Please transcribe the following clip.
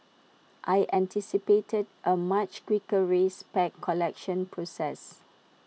I anticipated A much quicker race pack collection process